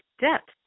depth